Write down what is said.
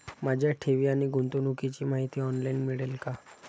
माझ्या ठेवी आणि गुंतवणुकीची माहिती ऑनलाइन मिळेल का?